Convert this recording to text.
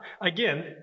again